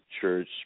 church